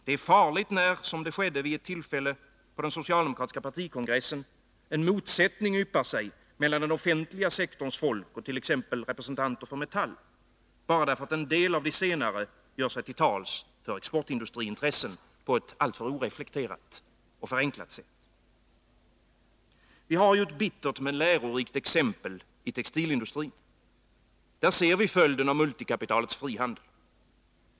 Det är farligt när — som skedde vid ett tillfälle på den socialdemokratiska partikongressen — en motsättning yppar sig mellan den offentliga sektorns folk och t.ex. representanter för Metall, bara därför att en del av de senare gör sig till talesmän för exportindustriintressen på ett alltför oreflekterat och förenklat sätt. Vi har ett bittert men lärorikt exempel i textilindustrin. Där ser vi följden av multikapitalets frihandel.